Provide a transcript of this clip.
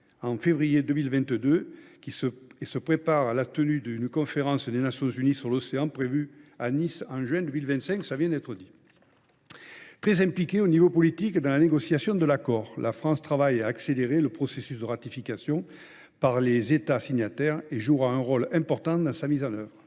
en février 2022, et se prépare à la tenue d’une conférence des Nations unies sur l’océan à Nice, en juin 2025. Très impliquée au niveau politique dans la négociation de l’accord, la France travaille à accélérer le processus de ratification par les États signataires et jouera un rôle important dans sa mise en œuvre.